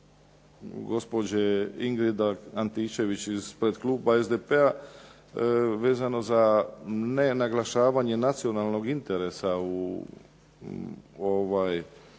gospođe Ingrid Antičević ispred kluba SDP-a vezano za nenaglašavanje nacionalnog interesa u